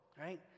right